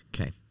Okay